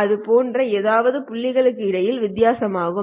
அது போன்ற ஏதாவது புள்ளிகளுக்கு இடையிலான வித்தியாசமாகும்